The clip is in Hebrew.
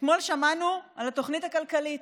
אתמול שמענו על התוכנית הכלכלית.